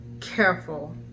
careful